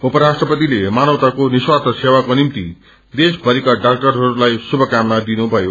उपराष्ट्रपतिले मानवताको निस्वार्य सेवाको निम्ति देशभरिका डाक्टरहरूलाई श्रुभकामना दिनुथयो